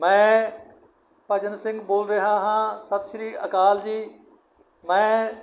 ਮੈਂ ਭਜਨ ਸਿੰਘ ਬੋਲ ਰਿਹਾ ਹਾਂ ਸਤਿ ਸ਼੍ਰੀ ਅਕਾਲ ਜੀ ਮੈਂ